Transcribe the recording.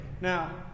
Now